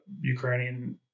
Ukrainian